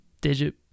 digit